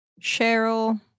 Cheryl